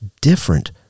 different